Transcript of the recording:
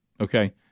Okay